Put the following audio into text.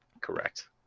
Correct